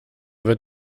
wird